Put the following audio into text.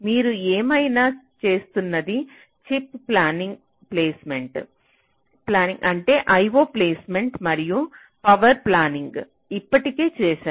మీరు ఏమైనా చేస్తున్నది చిప్ ప్లానింగ్ అంటే I O placement IO placement మరియు పవర్ ప్లానింగ్ ఇప్పటికే చేసారు